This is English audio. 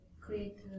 create